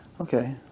Okay